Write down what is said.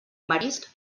marisc